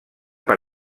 per